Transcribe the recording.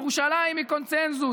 ירושלים היא קונסנזוס.